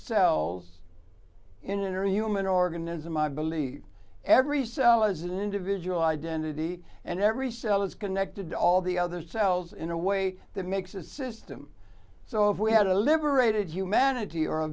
cells in inner human organism i believe every cell as an individual identity and every cell is connected to all the other cells in a way that makes a system so if we had a liberated humanity or